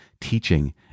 teaching